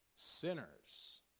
Sinners